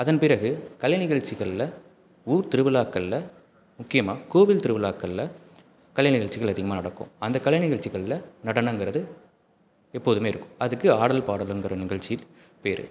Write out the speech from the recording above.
அதன் பிறகு கலைநிகழ்ச்சிகள்ல ஊர் திருவிழாக்கள்ல முக்கியமாக கோவில் திருவிழாக்கள்ல கலைநிகழ்ச்சிகள் அதிகமாக நடக்கும் அந்த கலைநிகழ்ச்சிகள்ல நடனங்கிறது எப்போதுமே இருக்கும் அதுக்கு ஆடல் பாடலுங்கிற நிகழ்ச்சி பேர்